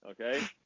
okay